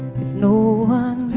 if no